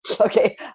Okay